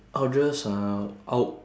I'll just uh I would